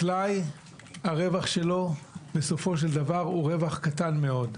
הרווח של החקלאי בסופו של דבר הוא רווח קטן מאוד.